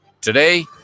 today